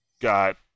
got